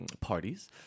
parties